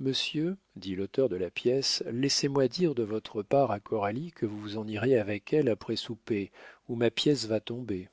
monsieur dit l'auteur de la pièce laissez-moi dire de votre part à coralie que vous vous en irez avec elle après souper ou ma pièce va tomber